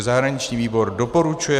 Zahraniční výbor doporučuje